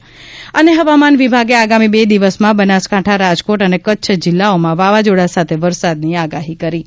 હવામાન હવામાન વિભાગે આગામી બે દિવસમાં રાજ્યના બનાસકાંઠા રાજકોટ અને કચ્છ જિલ્લાઓમાં વાવાઝોડા સાથે વરસાદની આગાહી કરી છે